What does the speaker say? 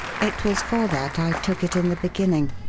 it was for that i took it in the beginning.